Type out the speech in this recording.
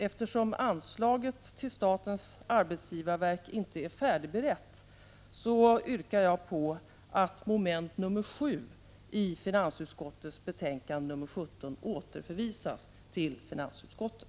Eftersom anslaget till statens arbetsgivarverk inte är färdigberett yrkar jag att moment 7 i finansutskottets betänkande 17 återförvisas till finansutskottet.